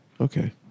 Okay